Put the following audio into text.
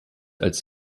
als